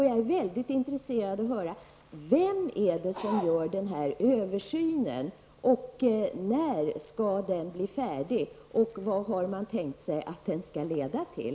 Jag är mycket intresserad av att få höra vem som gör den översynen, när den skall bli färdig och vad man har tänkt sig att den skall leda till.